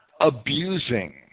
abusing